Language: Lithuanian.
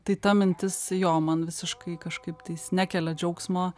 tai ta mintis jo man visiškai kažkaip tais nekelia džiaugsmo